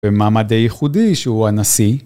במעמד הייחודי שהוא הנשיא